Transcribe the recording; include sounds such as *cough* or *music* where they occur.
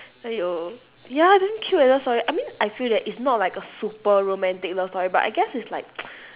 !aiyo! ya damn cute leh love story I mean I feel that it's not like a super romantic love story but I guess it's like *noise*